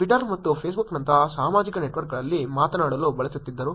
Twitter ಮತ್ತು Facebook ನಂತಹ ಸಾಮಾಜಿಕ ನೆಟ್ವರ್ಕ್ಗಳಲ್ಲಿ ಮಾತನಾಡಲು ಬಳಸುತ್ತಿದ್ದರು